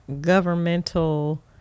governmental